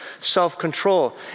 self-control